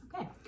Okay